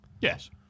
Yes